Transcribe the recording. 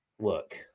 look